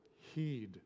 heed